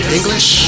English